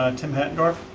um tim hattendorf.